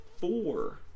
Four